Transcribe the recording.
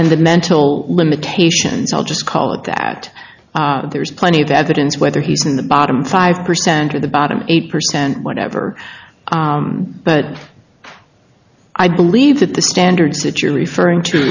and the mental limitations i'll just call it that there's plenty of evidence whether he's in the bottom five percent of the bottom eight percent whatever but i believe that the standards that you're referring to